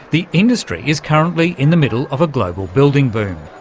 the industry is currently in the middle of a global building boom.